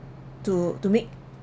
to to make